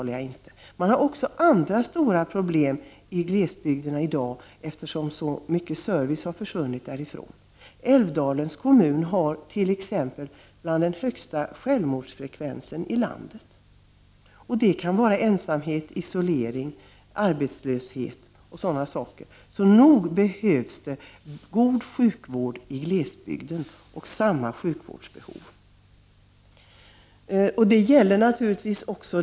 I glesbygderna har man i dag även andra stora problem, eftersom så mycken service har försvunnit. Älvdalens kommun t.ex. hör till de kommuner som har den högsta självmordsfrekvensen i landet. Det kan bero på ensamhet, isolering, arbetslöshet och annat. Så nog behövs det en god sjukvård också i glesbygden. Behovet därav är lika stort som på andra platser.